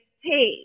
hey